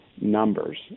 numbers